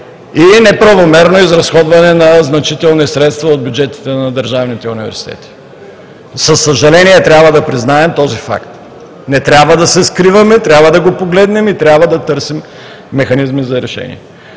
и неправомерно изразходване на значителни средства от бюджетите на държавните университети. Със съжаление трябва да признаем този факт. Не трябва да се скриваме, трябва да го погледнем и трябва да търсим механизми за решение.